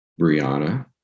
Brianna